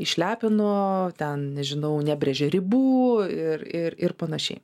išlepino ten nežinau nebrėžė ribų ir ir ir panašiai